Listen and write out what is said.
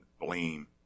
blame